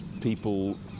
people